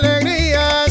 alegrías